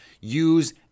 Use